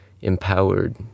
empowered